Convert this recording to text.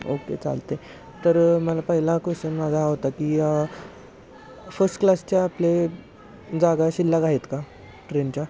okay चालते तर मला पहिला क्वेश्चन माझा हा होता की फर्स्ट क्लासचे आपले जागा शिल्लक आहेत का ट्रेनच्या